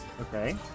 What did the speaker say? Okay